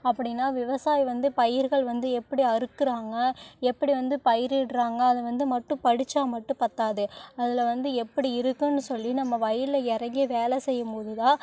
அப்படின்னா விவசாயி வந்து பயிர்கள் வந்து எப்படி அறுக்கறாங்க எப்படி வந்து பயரிட்றாங்க அது வந்து மட்டும் படிச்சா மட்டும் பத்தாது அதில் வந்து எப்படி இருக்குன்னு சொல்லி நம்ம வயலில் இறங்கி வேலை செய்யும்போது தான்